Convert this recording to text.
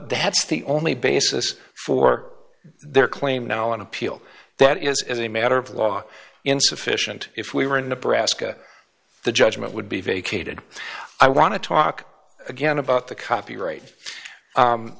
that's the only basis for their claim now on appeal that is as a matter of law insufficient if we were in nebraska the judgment would be vacated i want to talk again about the copyright